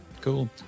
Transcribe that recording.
Cool